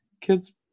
kids